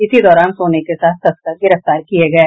इसी दौरान सोने के साथ तस्कर गिरफ्तार किये गये